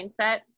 mindset